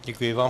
Děkuji vám.